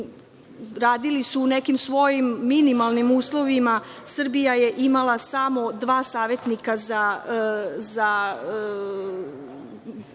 radili su u nekim svojim minimalnim uslovima. Srbija je imala samo dva savetnika za